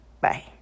Bye